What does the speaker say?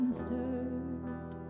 stirred